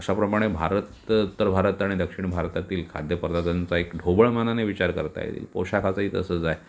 अशाप्रमाणे भारत उत्तर भारत आणि दक्षिण भारतातील खाद्य पदार्थांचा एक ढोबळमानाने विचार करता येईल पोषाखाचंही तसंच आहे